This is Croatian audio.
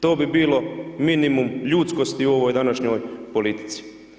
To bi bilo minimum ljudskosti u ovoj današnjoj politici.